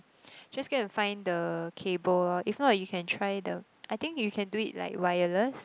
just go and find the cable lor if not you can try the I think you can do it like wireless